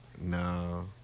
No